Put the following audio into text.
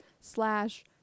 slash